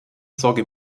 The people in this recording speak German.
sorge